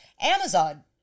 Amazon